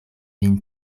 vin